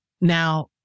Now